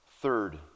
Third